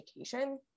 education